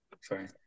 sorry